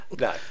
no